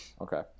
Okay